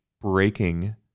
breaking